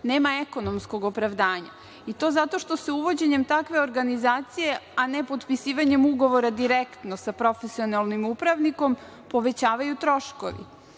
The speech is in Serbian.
nema ekonomskog opravdanja i to zato što se uvođenjem takve organizacije, a ne potpisivanjem ugovora direktno sa profesionalnim upravnikom povećavaju troškovi.